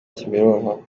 kimironko